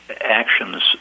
actions